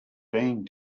being